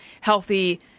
healthy